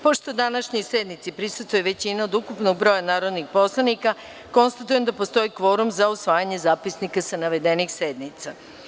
Pošto današnjoj sednici prisustvuje većina od ukupnog broja narodnih poslanika, konstatujem da postoji kvorum za usvajanje zapisnika sa navedenih sednica.